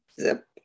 Zip